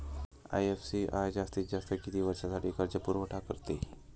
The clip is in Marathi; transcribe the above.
आय.एफ.सी.आय जास्तीत जास्त किती वर्षासाठी कर्जपुरवठा करते?